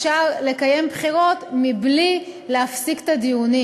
אפשר לקיים בחירות מבלי להפסיק את הדיונים.